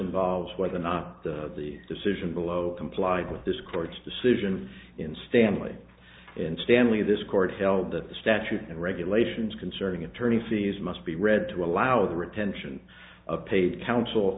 involves whether or not the the decision below complied with this court's decision in stanley and stanley this court held that the statute and regulations concerning attorney fees must be read to allow the retention of paid counsel